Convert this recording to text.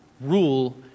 rule